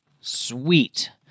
Sweet